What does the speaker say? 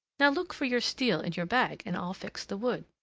now look for your steel in your bag, and i'll fix the wood.